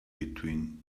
between